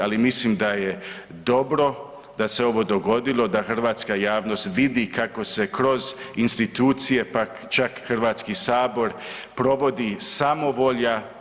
Ali mislim da je dobro da se ovo dogodilo, da hrvatska javnost vidi kako se kroz institucije čak Hrvatski sabor provodi samovolja.